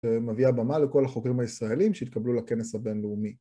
ומביאה במה לכל החוקרים הישראלים שהתקבלו לכנס הבינלאומי.